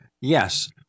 Yes